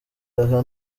aha